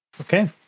Okay